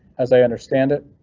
as i understand it,